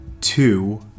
two